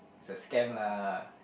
is a scam lah